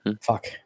Fuck